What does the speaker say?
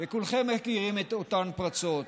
כולכם מכירים את אותן פרצות,